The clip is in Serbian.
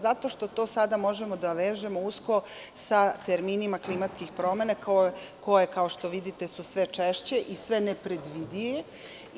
Zato što to sada možemo da vežemo usko sa terminima klimatskih promena koje, kao što vidite, su sve češće i sve nepredvidivije.